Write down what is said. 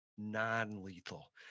non-lethal